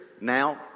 Now